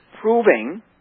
Proving